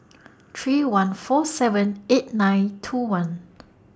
three one four seven eight nine two one